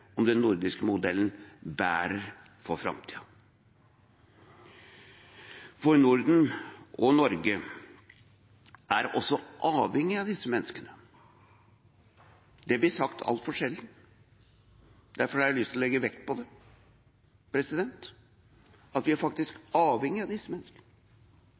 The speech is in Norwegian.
om den nordiske modellen bærer for framtiden. Norden og Norge er også avhengig av disse menneskene. Det blir sagt altfor sjelden, og derfor har jeg lyst til å legge vekt på det. Vi er faktisk avhengig av disse menneskene.